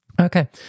okay